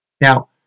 Now